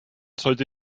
sollte